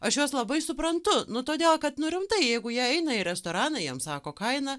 aš juos labai suprantu nu todėl kad nu rimtai jeigu jie eina į restoraną jiem sako kainą